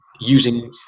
using